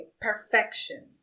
perfection